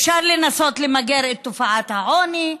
אפשר לנסות למגר את תופעת העוני,